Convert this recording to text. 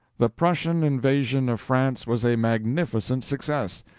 the prussian invasion of france was a magnificent success.